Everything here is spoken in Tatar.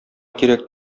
кирәк